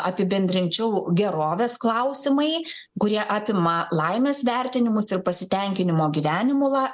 apibendrinčiau gerovės klausimai kurie apima laimės vertinimus ir pasitenkinimo gyvenimu la